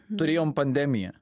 turėjom pandemiją